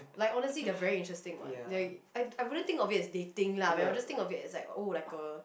like honestly they are very interesting what they are I wouldn't think of it as dating lah but then I will just think of it oh like a